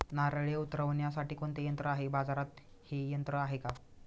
नारळे उतरविण्यासाठी कोणते यंत्र आहे? बाजारात हे यंत्र आहे का?